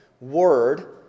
word